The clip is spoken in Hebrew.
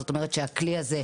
זאת אומרת שהכלי הזה,